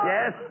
Yes